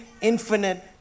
infinite